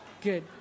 Good